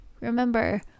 remember